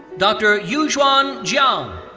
dr. yuxuan jiang.